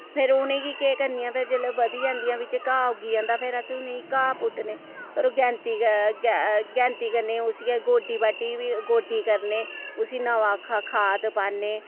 फिर उ'नें गी केह् करनी आं फिर जिल्लै बधी जंदियां बिच्च घाऽ उग्गी जंदा फिर अस उ'नें घा' पुट्टने होर गैंती गैंती कन्नै उस्सी गै गोड्डी बाड्डी बी गोड्डी करने उस्सी नमां खाद पान्ने